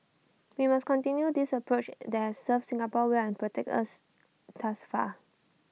we must continue this approach that served Singapore well and protected us thus far